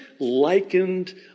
likened